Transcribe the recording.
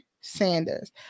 Sanders